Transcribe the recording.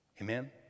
Amen